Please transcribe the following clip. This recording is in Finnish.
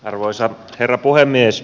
arvoisa herra puhemies